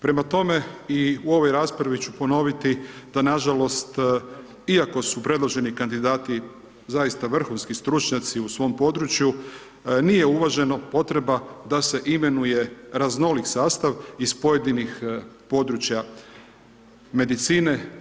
Prema tome, i u ovoj raspravi ću ponoviti da nažalost iako su predloženi kandidati zaista vrhunski stručnjaci u svom području, nije uvaženo potreba da se imenuje raznolik sastav iz pojedinih područja medicine.